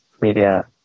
media